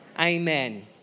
Amen